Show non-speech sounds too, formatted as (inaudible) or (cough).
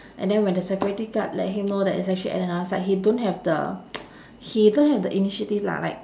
and then when the security guard let him know that it's actually at another side he don't have the (noise) he don't have the initiative lah like